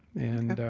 and